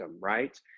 right